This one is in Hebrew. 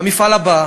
המפעל הבא,